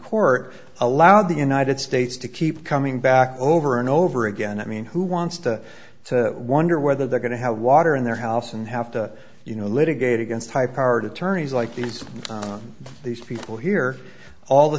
court allowed the united states to keep coming back over and over again i mean who wants to to wonder whether they're going to have water in their house and have to you know litigate against high powered attorneys like these these people here all the